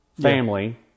family